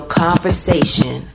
conversation